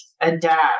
adapt